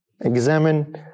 examine